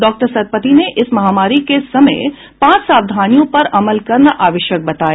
doctor Satpathy ने इस महामारी के समय पांच सावधानियों पर अमल करना आवश्यक बताया